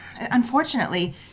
unfortunately